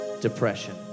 depression